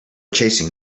chasing